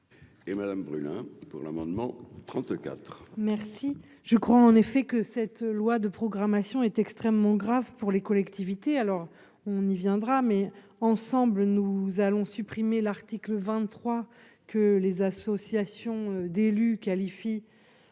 Et Madame brûle, hein, pour l'amendement trente-quatre. Merci, je crois en effet que cette loi de programmation est extrêmement grave pour les collectivités, alors on y viendra, mais ensemble nous allons supprimer l'article 23 que les associations d'élus qualifient